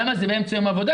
למה זה באמצע יום עבודה?